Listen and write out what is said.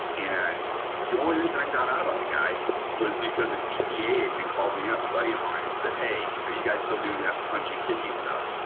and the only reason i found out about the guy was because a dea agent called me up, a buddy of mine and said hey, are you guys still doing that punchy kicky stuff,